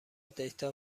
دیتا